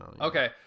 Okay